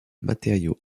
matériaux